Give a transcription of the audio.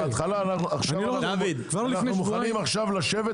אנחנו מוכנים עכשיו לשבת.